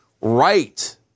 right